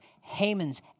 Haman's